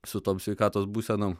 su tom sveikatos būsenom